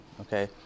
okay